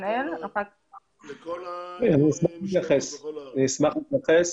אני אשמח להתייחס.